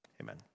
Amen